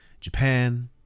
japan